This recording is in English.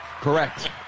Correct